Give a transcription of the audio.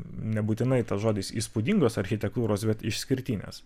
nebūtinai tas žodis įspūdingos architektūros bet išskirtinės